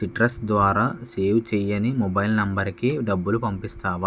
citrus ద్వారా save చేయని mobile నంబర్కి డబ్బులు పంపిస్తావా